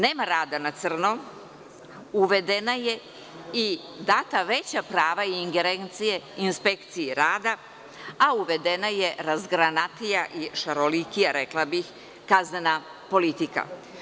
Nema rada na crno, uvedena je i data su veća prava i ingerencije inspekciji rada, a uvedena je razgranatija, šarolikija, kaznena politika.